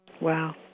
Wow